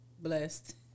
Blessed